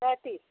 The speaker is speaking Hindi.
पैंतीस